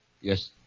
Yes